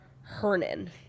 Hernan